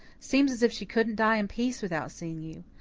seems as if she couldn't die in peace without seeing you.